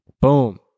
Boom